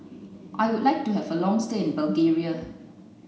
I would like to have a long stay in Bulgaria